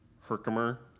Herkimer